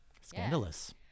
Scandalous